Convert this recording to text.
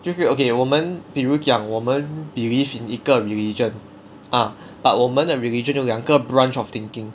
就是 okay 我们比如讲我们 believe in 一个 religion ah but 我们的 religion 有两个 branch of thinking